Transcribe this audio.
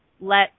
Let